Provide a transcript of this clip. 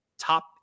Top